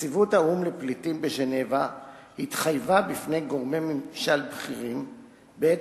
נציבות האו"ם לפליטים בז'נבה התחייבה בפני גורמי ממשל בכירים בעת